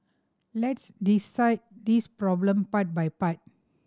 let's dissect this problem part by part